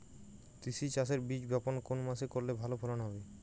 তিসি চাষের বীজ বপন কোন মাসে করলে ভালো ফলন হবে?